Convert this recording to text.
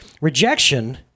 Rejection